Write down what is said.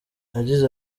yagize